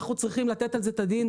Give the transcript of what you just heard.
אנחנו צריכים לתת על זה את הדין,